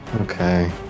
Okay